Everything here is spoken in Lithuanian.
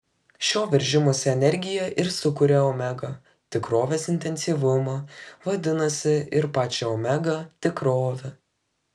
šio veržimosi energija ir sukuria omega tikrovės intensyvumą vadinasi ir pačią omega tikrovę